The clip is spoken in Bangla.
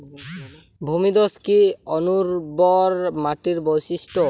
ভূমিধস কি অনুর্বর মাটির বৈশিষ্ট্য?